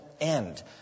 end